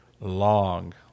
long